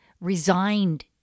resigned